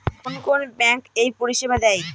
কোন কোন ব্যাঙ্ক এই পরিষেবা দেয়?